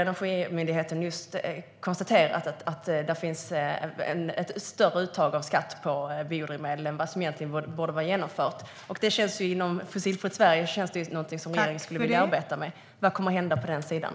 Energimyndigheten har konstaterat att det sker ett större uttag av skatt på biodrivmedel än vad som egentligen borde vara genomfört. Det känns som något som regeringen borde vilja arbeta med inom Fossilfritt Sverige. Vad kommer att hända på den sidan?